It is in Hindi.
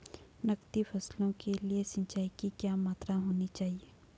नकदी फसलों के लिए सिंचाई की क्या मात्रा होनी चाहिए?